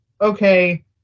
okay